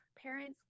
Parents